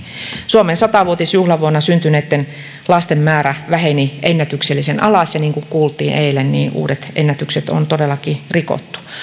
suomen sata vuotisjuhlavuonna syntyneitten lasten määrä väheni ennätyksellisen alas ja niin kuin kuultiin eilen uudet ennätykset on todellakin rikottu